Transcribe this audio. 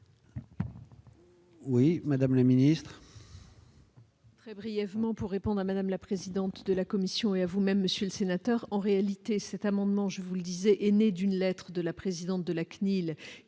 Oui, Madame le Ministre.